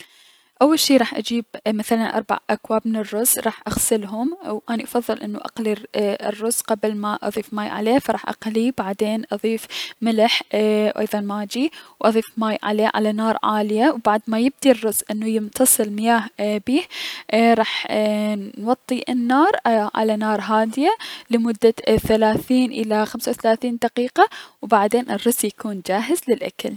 اول شي راح اجيب مثلا اربع اكواب من الرز راح اغسلهم، و اني افضل انو اني اقلي اي- الرز قبل ما اني اضيف ماي عليه فراح اقليه و بعدين اضيف ملح و ايضا ماجي و اضيف ماي عليه على نار عالية و بعد ما يبدي الرز انو يمتص المياه بيه اي راح اي نوطي النار على نار هادية لمدة ثلاثين الى خمسة و ثلاثين دقيقة و بعدين الرز يكون جاهز للأكل.